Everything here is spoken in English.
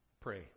pray